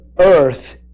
Earth